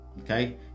okay